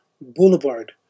boulevard